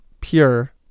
pure